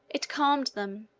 it calmed them.